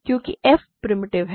क्योंकि f primitive है